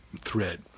thread